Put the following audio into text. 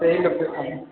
ସେଇ ଲୋକେସନ୍